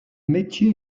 métiers